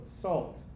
salt